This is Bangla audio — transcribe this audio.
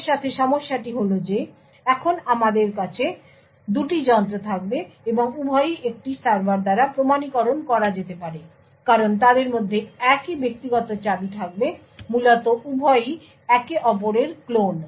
এর সাথে সমস্যাটি হল যে এখন আমার কাছে দুটি যন্ত্র থাকবে এবং উভয়ই একই সার্ভার দ্বারা প্রমাণীকরণ করা যেতে পারে কারণ তাদের মধ্যে একই ব্যক্তিগত চাবি থাকবে মূলত উভয়ই একে অপরের ক্লোন